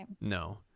No